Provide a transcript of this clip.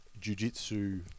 Jiu-Jitsu